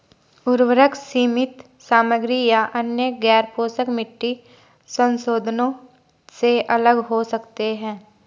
उर्वरक सीमित सामग्री या अन्य गैरपोषक मिट्टी संशोधनों से अलग हो सकते हैं